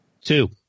Two